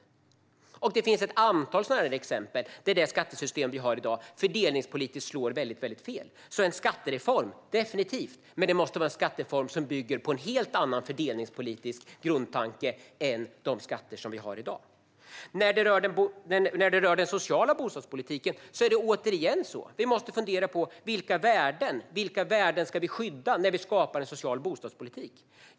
Det finns ett antal sådana exempel där det skattesystem vi har i dag fördelningspolitiskt slår väldigt fel. Det behövs definitivt en skattereform, men det måste vara en skattereform som bygger på en helt annan fördelningspolitisk grundtanke än de skatter som vi har i dag. När det rör den sociala bostadspolitiken är det återigen så: Vi måste fundera på vilka värden vi ska skydda när vi skapar en social bostadspolitik.